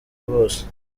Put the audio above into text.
bose